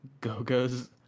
Gogo's